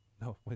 No